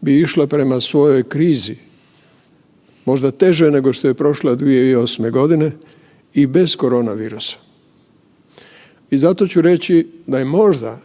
bi išla prema svojoj krizi, možda teže nego što je prošla 2008.g. i bez koronavirusa. I zato ću reći da je možda